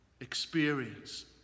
experience